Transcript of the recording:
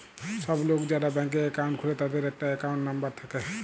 সব লোক যারা ব্যাংকে একাউন্ট খুলে তাদের একটা একাউন্ট নাম্বার থাকে